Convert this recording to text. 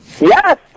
Yes